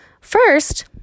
first